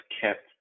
kept